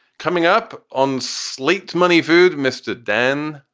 coming up on slate, money, food. mr. then,